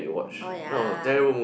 oh ya